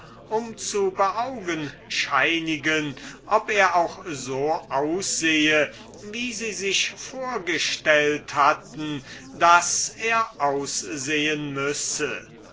um zu beaugenscheinigen ob er auch so aussehe wie sie sich vorgestellt hatten daß er aussehen müsse